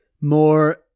more